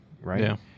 right